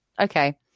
Okay